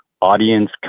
audience